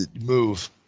move